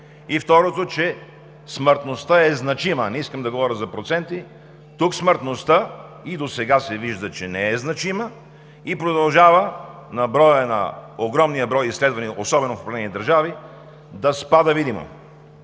И второто, че смъртността е значима – не искам да говоря за проценти. Тук смъртността и досега се вижда, че не е значима – огромния брой изследвания, особено в определени държави, и продължава да спада видимо.